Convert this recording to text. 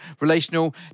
relational